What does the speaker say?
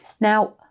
Now